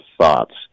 thoughts